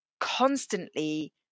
constantly